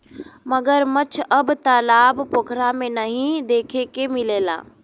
मगरमच्छ अब तालाब पोखरा में नाहीं देखे के मिलला